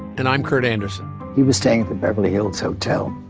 and i'm kurt andersen he was staying at the beverly hills hotel.